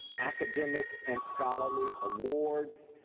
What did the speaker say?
academic and scholarly awards,